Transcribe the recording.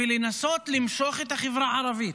לנסות למשוך את החברה הערבית